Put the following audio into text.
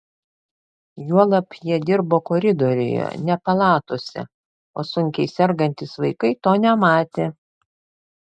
juolab jie dirbo koridoriuje ne palatose o sunkiai sergantys vaikai to nematė